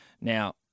Now